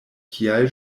kial